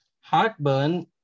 Heartburn